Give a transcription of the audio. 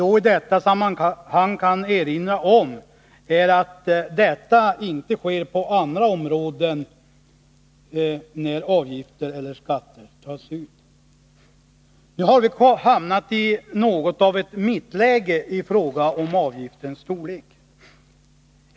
I detta sammanhang kan man erinra om att liknande inte sker på andra områden, när avgifter eller skatter tas ut. Nu har vi beträffande avgiftens storlek hamnat i något som kan kallas ett mittläge.